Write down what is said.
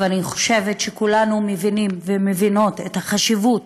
אני חושבת שכולנו מבינים ומבינות את החשיבות